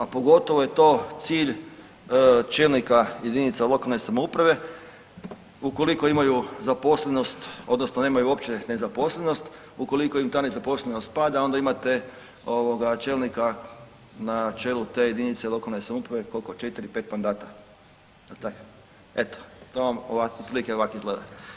A pogotovo je to cilj čelnika jedinica lokalne samouprave ukoliko imaju zaposlenost odnosno nemaju uopće nezaposlenost ukoliko im ta nezaposlenost pada onda imate čelnika na čelu te jedinice lokalne samouprave koliko, četiri, pet mandata jel tako, eto to vam otprilike ovako izgleda.